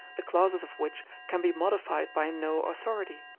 the clauses of which can be modified by no authority.